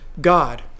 God